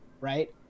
right